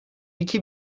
iki